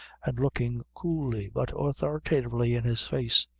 and looking coolly, but authoritatively in his face.